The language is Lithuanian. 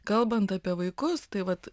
kalbant apie vaikus tai vat